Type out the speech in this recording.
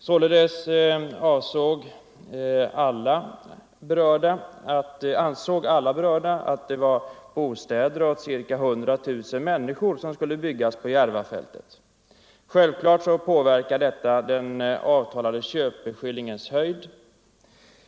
Således ansåg alla berörda att bostäder för ca 100 000 människor skulle byggas på Järvafältet. Självfallet påverkade detta den avtalade köpeskillingens höjd.